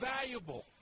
valuable